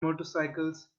motorcycles